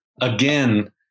again